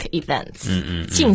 events